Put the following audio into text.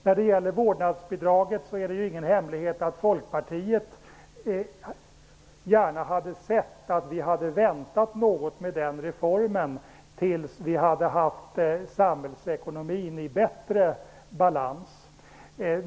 När det gäller vårdnadsbidraget är det ingen hemlighet att Folkpartiet gärna hade sett att vi hade väntat något med dess genomförande tills samhällsekonomin hade varit i bättre balans.